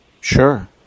Sure